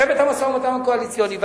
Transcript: צוות המשא-ומתן הקואליציוני.